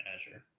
Azure